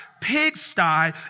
pigsty